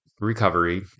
recovery